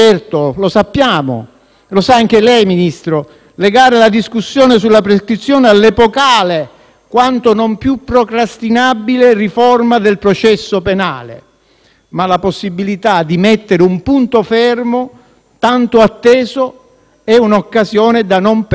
lo sa anche lei, Ministro - legare la discussione sulla prescrizione all'epocale, quanto non più procrastinabile, riforma del processo penale. La possibilità di mettere un punto fermo tanto atteso è un'occasione da non perdere.